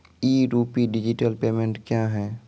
ई rupee digital payment क्या हैं?